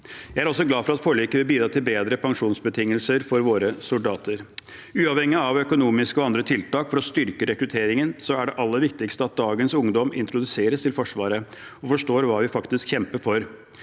Jeg er også glad for at forliket vil bidra til bedre pensjonsbetingelser for våre soldater. Uavhengig av økonomiske og andre tiltak for å styrke rekrutteringen, er det aller viktigste at dagens ungdom introduseres for Forsvaret og forstår hva vi faktisk kjemper for.